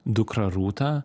dukrą rūtą